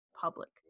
public